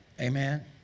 Amen